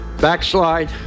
backslide